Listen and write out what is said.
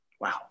Wow